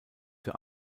für